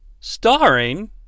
Starring